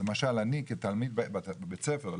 למשל אני כהורה לתלמיד בבית ספר לא